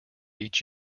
each